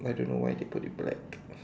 I don't know why they put it black